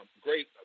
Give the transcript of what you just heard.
Great